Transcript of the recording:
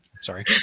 Sorry